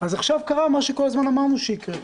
אז עכשיו קרה מה שכל הזמן אמרנו שיקרה.